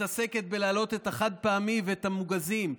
מתעסקת בלהעלות את החד-פעמי ואת המוגזים.